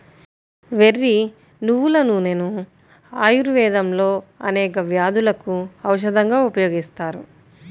వెర్రి నువ్వుల నూనెను ఆయుర్వేదంలో అనేక వ్యాధులకు ఔషధంగా ఉపయోగిస్తారు